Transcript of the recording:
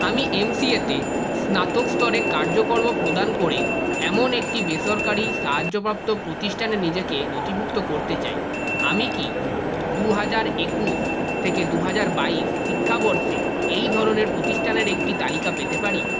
আমি M C A তে স্নাতক স্তরের কার্যকর্ম প্রদান করে এমন একটি বেসরকারি সাহায্যপ্রাপ্ত প্রতিষ্ঠানে নিজেকে নথিভুক্ত করতে চাই আমি কি দু হাজার একুশ থেকে দু হাজার বাইশ শিক্ষাবর্ষে এই ধরনের প্রতিষ্ঠানের একটি তালিকা পেতে পারি